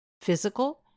physical